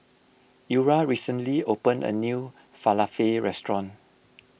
Eura recently opened a new Falafel restaurant